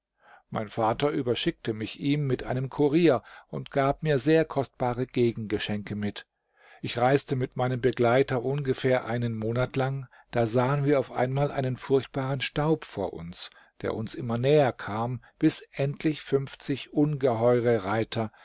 mein vater überschickte mich ihm mit einem kurier und gab mir sehr kostbare gegengeschenke mit ich reiste mit meinem begleiter ungefähr einen monat lang da sahen wir auf einmal einen furchtbaren staub vor uns der uns immer näher kam bis endlich fünfzig ungeheure reiter